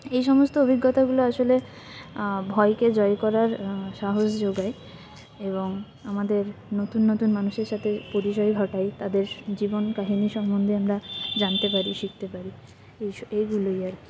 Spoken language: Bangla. এই সমস্ত অভিজ্ঞতাগুলো আসলে ভয়কে জয় করার সাহস যোগায় এবং আমাদের নতুন নতুন মানুষের সাথে পরিচয় ঘটায় তাদের জীবন কাহিনি সম্বন্ধে আমরা জানতে পারি শিখতে পারি এই সব এইগুলোই আর কি